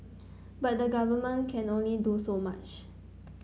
but the government can only do so much